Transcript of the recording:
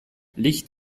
licht